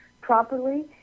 properly